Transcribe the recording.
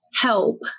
help